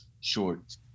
short